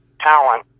talent